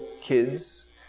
kids